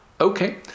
Okay